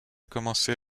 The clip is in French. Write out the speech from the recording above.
commencé